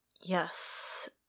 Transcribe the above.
Yes